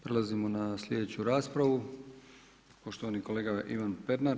Prelazimo na sljedeću raspravu, poštovani kolega Ivan Pernar.